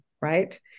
right